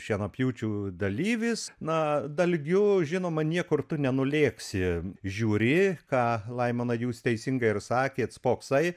šienapjūčių dalyvis na dalgiu žinoma niekur tu nenulėksi žiūri ką laimona jūs teisingai ir sakėt spoksai